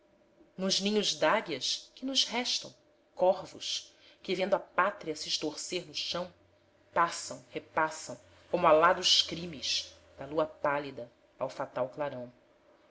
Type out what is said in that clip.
nos ninhos d'águias que nos restam corvos que vendo a pátria se estorcer no chão passam repassam como alados crimes da lua pálida ao fatal clarão